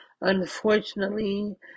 Unfortunately